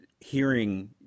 hearing